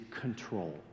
control